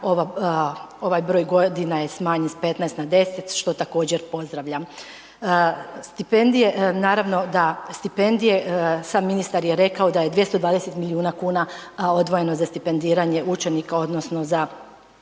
ovaj broj godina je smanjen s 15 na 10 što također pozdravljam. Stipendije, naravno da stipendije, sam ministar je rekao da je 220 milijuna kuna odvojeno za stipendiranje učenika odnosno za